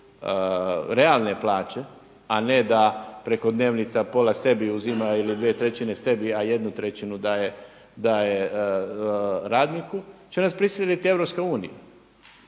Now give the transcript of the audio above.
realne plaće, a ne da preko dnevnica pola sebi uzima ili 2/3 sebi, a 1/3 daje radniku će nas prisiliti EU. Jer kada